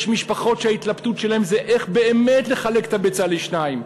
יש משפחות שההתלבטות שלהם זה איך באמת לחלק את הביצה לשניים.